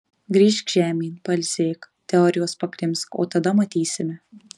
grįžk žemėn pailsėk teorijos pakrimsk o tada matysime